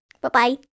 Bye-bye